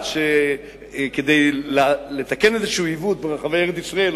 שכדי לתקן איזה עיוות ברחבי ארץ-ישראל,